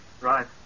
Right